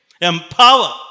empower